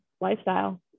lifestyle